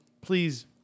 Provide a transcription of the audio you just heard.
please